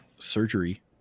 Surgery